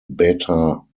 beta